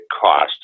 cost